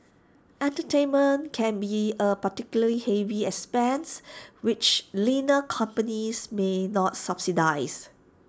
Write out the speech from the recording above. entertainment can be A particularly heavy expense which leaner companies may not subsidise